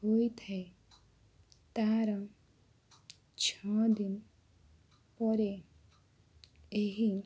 ହୋଇଥାଏ ତାହାର ଛଅଦିନ ପରେ ଏହି